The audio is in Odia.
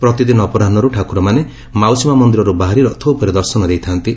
ପ୍ରତିଦିନ ଅପରାହୁରୁ ଠାକୁରମାନେ ମାଉସୀମା ମନ୍ଦିରରୁ ବାହାରି ରଥ ଉପରେ ଦର୍ଶନ ଦେଇଥାନ୍ତି